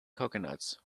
coconuts